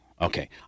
Okay